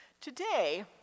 Today